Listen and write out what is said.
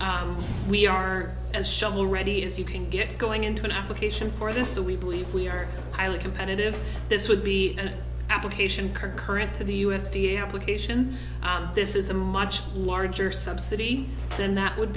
we are as shovel ready as you can get going into an application for this so we believe we are highly competitive this would be an application current to the u s d a application this is a much larger subsidy then that would